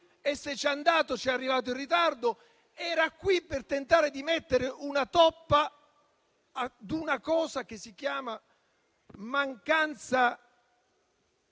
(se ci è andato, ci è arrivato in ritardo), era qui per tentare di mettere una toppa ad una cosa che si chiama mancanza